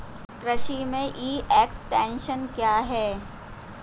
कृषि में e extension क्या है?